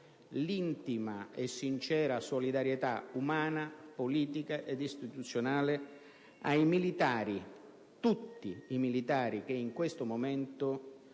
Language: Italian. l'intima e sincera solidarietà umana, politica e istituzionale a tutti i militari che in questo momento